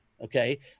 Okay